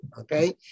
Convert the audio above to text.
Okay